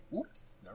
Oops